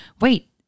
wait